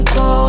go